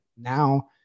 now